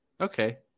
Okay